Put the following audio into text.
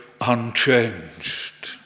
unchanged